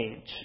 age